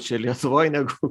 čia lietuvoj negu